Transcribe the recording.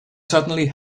suddenly